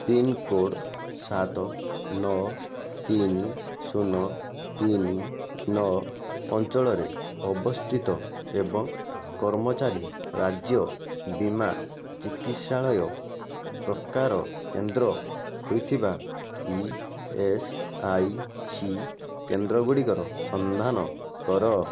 pincode ସାତ ନଅ ତିନି ଶୂନ ତିନି ନଅ ଅଞ୍ଚଳରେ ଅବସ୍ଥିତ ଏବଂ କର୍ମଚାରୀ ରାଜ୍ୟ ବୀମା ଚିକିତ୍ସାଳୟ ପ୍ରକାର କେନ୍ଦ୍ର ହୋଇଥିବା ଇ ଏସ୍ ଆଇ ସି କେନ୍ଦ୍ରଗୁଡ଼ିକର ସନ୍ଧାନ କର